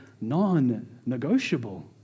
non-negotiable